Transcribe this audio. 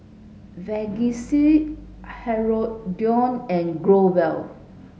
Vagisil Hirudoid and Growell